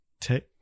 take